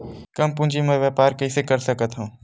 कम पूंजी म व्यापार कइसे कर सकत हव?